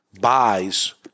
buys